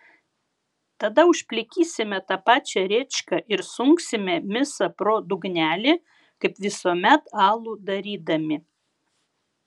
tada užplikysime tą pačią rėčką ir sunksime misą pro dugnelį kaip visuomet alų darydami